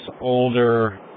older